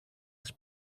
της